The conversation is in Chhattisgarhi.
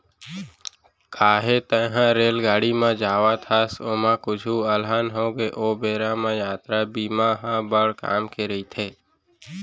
काहे तैंहर रेलगाड़ी म जावत हस, ओमा कुछु अलहन होगे ओ बेरा म यातरा बीमा ह बड़ काम के रइथे